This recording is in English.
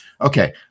Okay